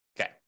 okay